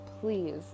please